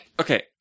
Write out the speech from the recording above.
Okay